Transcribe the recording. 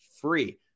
free